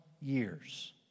years